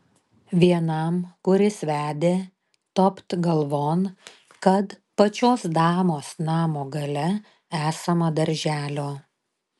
vienam kuris vedė topt galvon kad pačios damos namo gale esama darželio